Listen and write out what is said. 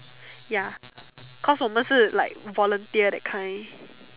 ya cause 我们是 like volunteer that kind